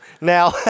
now